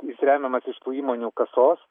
jis remiamas iš tų įmonių kasos